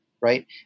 right